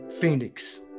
Phoenix